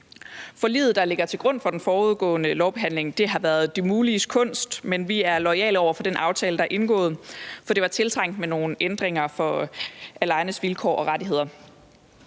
Forliget, der ligger til grund for den forudgående lovbehandling, har været det muliges kunst, men vi er loyale over for den aftale, der er indgået, for det var tiltrængt med nogle ændringer af lejernes vilkår og rettigheder.